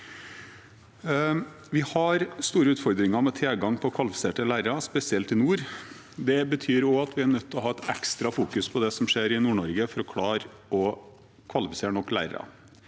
Vi har store utfordringer med tilgang på kvalifiserte lærere, spesielt i nord. Det betyr også at vi er nødt til å fokusere ekstra på det som skjer i Nord-Norge, for å klare å kvalifisere nok lærere.